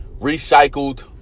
recycled